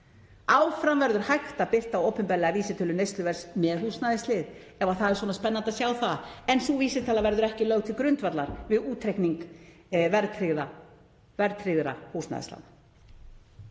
Áfram verður hægt að birta opinberlega vísitölu neysluverðs með húsnæðislið ef það er svona spennandi að sjá það en sú vísitala verður ekki lögð til grundvallar við útreikning verðtryggðra húsnæðislána.